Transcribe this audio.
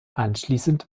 anschließend